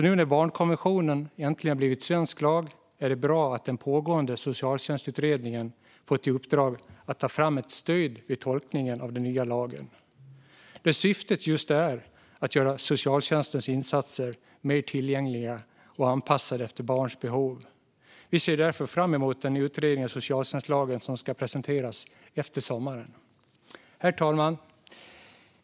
Nu när barnkonventionen äntligen blivit svensk lag är det bra att den pågående utredningen Framtidens socialtjänst fått i uppdrag att ta fram ett stöd för tolkningen av den nya lagen där syftet just är att göra socialtjänstens insatser mer tillgängliga och anpassade efter barns behov. Vi ser därför fram emot den utredning av socialtjänstlagen som ska presenteras efter sommaren. Herr talman!